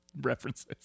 references